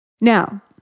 Now